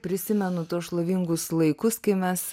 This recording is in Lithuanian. prisimenu tuos šlovingus laikus kai mes